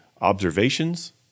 observations